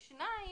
שנית,